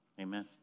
Amen